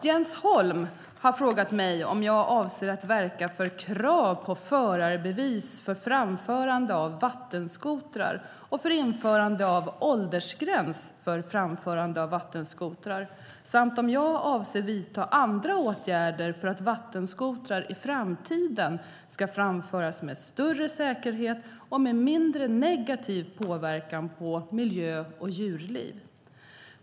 Jens Holm har frågat mig om jag avser att verka för krav på förarbevis för framförande av vattenskotrar och för införande av åldersgräns för framförande av vattenskotrar, samt om jag avser att vidta andra åtgärder för att vattenskotrar i framtiden ska framföras med större säkerhet och med mindre negativ påverkan på miljö och djurliv.